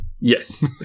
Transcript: yes